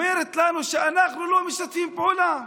אומרת לנו שאנחנו לא משתפים פעולה.